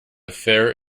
fair